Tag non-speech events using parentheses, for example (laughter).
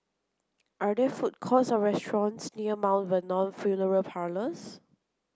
are there food courts or restaurants near (unintelligible) Vernon Funeral Parlours